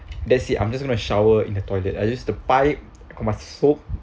that's it I'm just gonna shower in the toilet I use the pipe I must soap